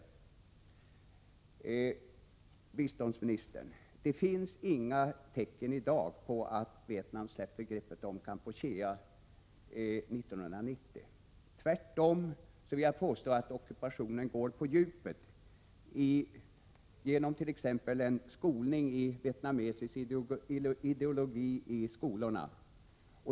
Det finns i dag, biståndsministern, inga tecken på att Vietnam släpper greppet om Kampuchea 1990. Jag vill tvärtom påstå att ockupationen går på djupet, t.ex. genom undervisning i vietnamesisk ideologi i skolorna.